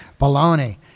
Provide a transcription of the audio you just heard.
baloney